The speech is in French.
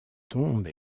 tombe